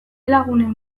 lagunen